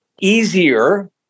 easier